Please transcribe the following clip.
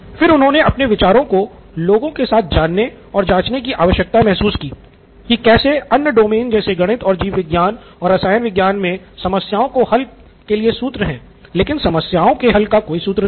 फिर उन्होंने अपने विचारों को लोगों के साथ जानने और जाँचने की आवश्यकता महसूस की कि कैसे अन्य डोमेन जैसे गणित और जीव विज्ञान और रसायन विज्ञान में समस्याओं के हल के लिए सूत्र है लेकिन समस्याओं के हल का कोई सूत्र नहीं